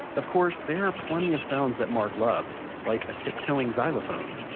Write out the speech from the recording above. of course there are plenty of sounds that mark loves, like a tip-toeing xylophone.